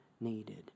needed